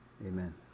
Amen